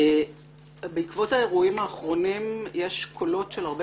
בעקבות האירועים האחרונים יש קולות של הרבה